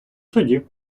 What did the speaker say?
суді